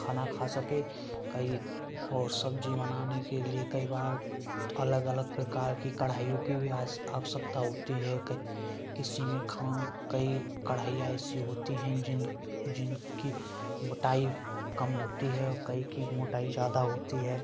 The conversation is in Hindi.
खाना खा सके कई और सब्जी बनाने के लिए कई बार अलग अलग प्रकार की कड़ाहियों की भी आवस आवश्यकता होती है कई किसी में खां कई कड़ाहियाँ ऐसी होती हैं जिन जिन की मोटाई कम होती है और कई की मोटाई ज्यादा होती है